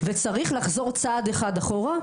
וצריך לחזור צעד אחד אחורה,